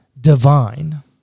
divine